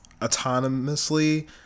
autonomously